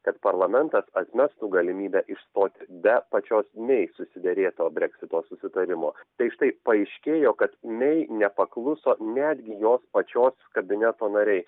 kad parlamentas atmestų galimybę išstoti be pačios mei susiderėto breksit susitarimo tai štai paaiškėjo kad mei nepakluso netgi jos pačios kabineto nariai